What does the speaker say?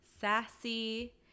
sassy